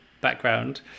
background